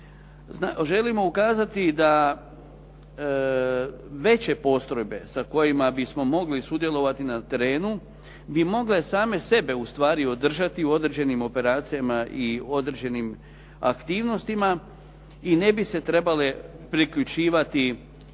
Želimo ukazati da veće postrojbe sa kojima bismo mogli sudjelovati na terenu bi mogle same sebe u stvari održati u određenim operacijama i određenim aktivnostima i ne bi se trebale priključivati